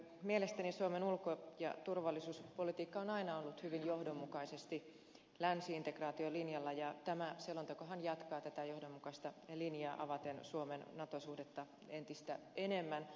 mielestäni suomen ulko ja turvallisuuspolitiikka on aina ollut hyvin johdonmukaisesti länsi integraatiolinjalla ja tämä selontekohan jatkaa tätä johdonmukaista linjaa avaten suomen nato suhdetta entistä enemmän